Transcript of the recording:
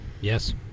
Yes